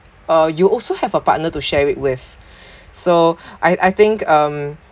uh you also have a partner to share it with so I I think um